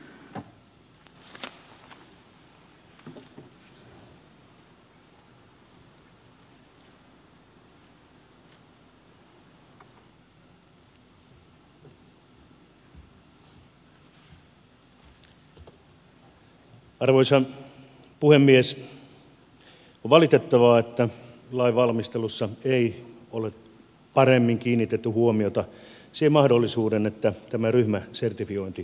on valitettavaa että lainvalmistelussa ei ole paremmin kiinnitetty huomiota siihen mahdollisuuteen että tämä ryhmäsertifiointi saataisiin voimaan